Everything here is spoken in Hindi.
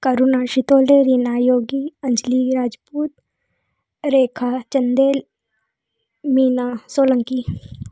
करुणा शीतल दे रीना योगी अंजली राजपूत रेखा चंदेल मीना सोलंकी